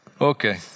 Okay